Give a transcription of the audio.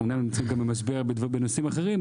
אמנם אנחנו נמצאים גם במשבר בנושאים אחרים,